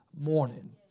morning